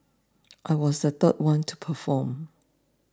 I was the third one to perform